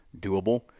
doable